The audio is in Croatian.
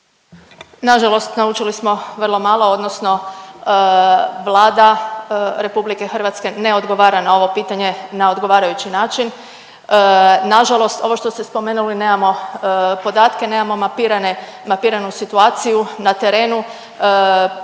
Na žalost naučili smo vrlo malo, odnosno Vlada RH ne odgovara na ovo pitanje na odgovarajući način. Nažalost ovo što ste spomenuli nemamo podatke, nemamo mapirane, mapiranu situaciju na terenu,